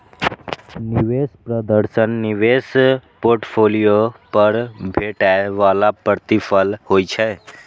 निवेश प्रदर्शन निवेश पोर्टफोलियो पर भेटै बला प्रतिफल होइ छै